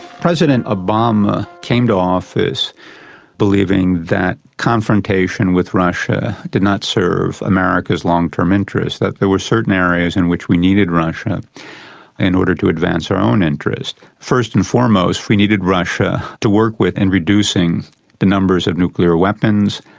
president obama came to office believing that confrontation with russia did not serve america's long-term interests, that there were certain areas in which we needed russia in order to advance our own interest. first and foremost we needed russia to work with in reducing the numbers of nuclear weapons.